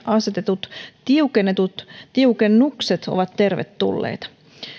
asetetut tiukennukset tiukennukset ovat tervetulleita